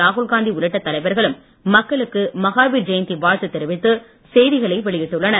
ராகுல்காந்தி உள்ளிட்ட தலைவர்களும் மக்களுக்கு மகாவீர் ஜெயந்தி வாழ்த்து தெரிவித்து செய்திகளை வெளியிட்டுள்ளனர்